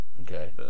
Okay